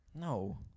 No